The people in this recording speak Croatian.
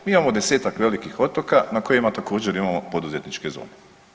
Mi imamo desetak velikih otoka na kojima također, imamo poduzetničke zone.